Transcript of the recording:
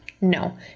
No